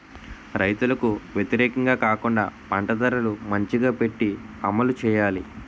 రైతులకు వ్యతిరేకంగా కాకుండా పంట ధరలు మంచిగా పెట్టి అమలు చేయాలి